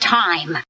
time